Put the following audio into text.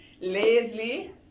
Leslie